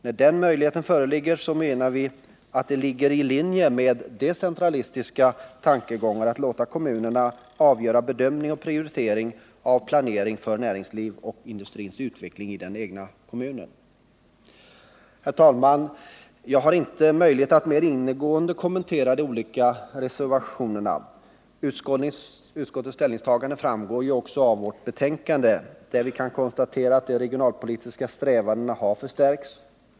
När den möjligheten föreligger, så menar vi att det ligger i linje med decentralistiska tankegångar att låta kommunerna avgöra bedömning och prioritering av planering för näringslivet och industrins utveckling i den egna kommunen. Herr talman! Jag har inte möjlighet att mer ingående kommentera de olika reservationerna. Utskottets ställningstagande framgår ju också av betänkandet, där vi konstaterar att de regionalpolitiska strävandena har förstärkts.